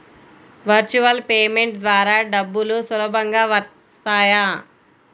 Virtual payment ద్వారా డబ్బులు సులభంగా వస్తాయా?